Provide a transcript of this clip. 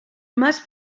must